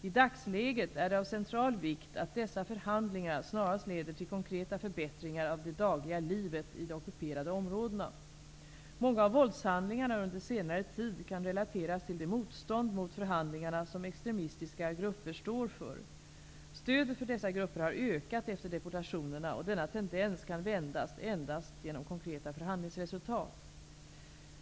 I dagsläget är det av central vikt att dessa förhandlingar snarast leder till konkreta förbättringar av det dagliga livet i de ockuperade områdena. Många av våldshandlingarna under senare tid kan relateras till det motstånd mot förhandlingarna som extremistiska grupper står för. Stödet för dessa grupper har ökat efter deportationerna, och denna tendens kan vändas endast genom konkreta förhandlingsresultat.